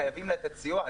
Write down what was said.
חייבים לתת סיוע.